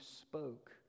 spoke